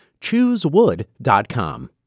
Choosewood.com